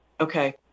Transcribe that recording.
Okay